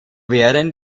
werden